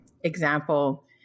example